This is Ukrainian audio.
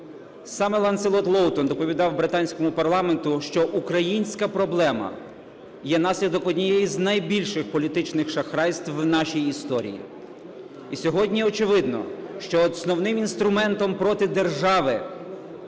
Саме Ланселот Лоутон доповідав британському парламенту, що українська проблема є наслідок одного з найбільших політичних шахрайств в нашій історії. І сьогодні очевидно, що основним інструментом проти держави